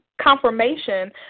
Confirmation